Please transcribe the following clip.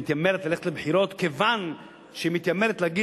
מתיימרת ללכת לבחירות כיוון שהיא מתיימרת להגיד,